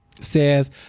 says